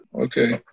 Okay